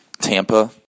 Tampa